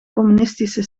communistische